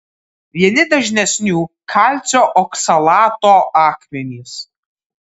vieni dažnesnių kalcio oksalato akmenys